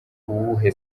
uwuhe